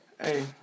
Hey